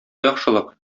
яхшылык